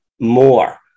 More